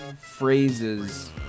phrases